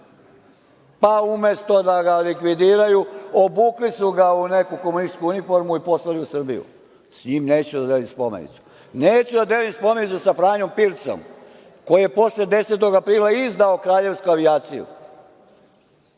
pa umesto da ga likvidiraju, obukli su ga u neku komunističku uniformu i poslali u Srbiju. S njim neću da delim spomenicu. Neću da delim spomenicu sa Franjom Pircom, koji je posle 10. aprila izdao kraljevsku avijaciju